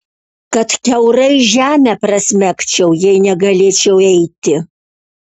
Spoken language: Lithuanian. kad kiaurai žemę prasmegčiau jei negalėčiau eiti